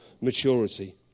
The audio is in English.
maturity